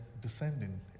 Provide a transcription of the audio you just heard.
descending